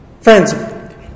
Friends